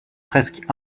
presque